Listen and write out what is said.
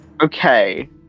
Okay